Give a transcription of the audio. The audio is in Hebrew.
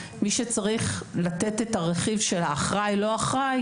מי שצריך לתת את הרכיב של האחראי או לא אחראי,